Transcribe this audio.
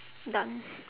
done